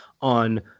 on